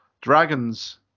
Dragons